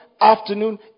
afternoon